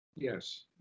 Yes